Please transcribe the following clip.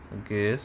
okay